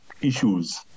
issues